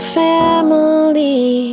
family